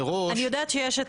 מראש --- אני יודעת שיש,